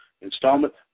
installment